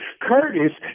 Curtis